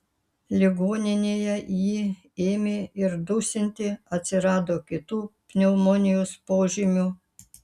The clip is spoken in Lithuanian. ligoninėje jį ėmė ir dusinti atsirado kitų pneumonijos požymių